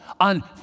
on